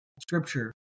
scripture